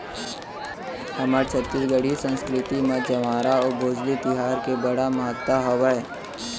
हमर छत्तीसगढ़ी संस्कृति म जंवारा अउ भोजली तिहार के बड़ महत्ता हावय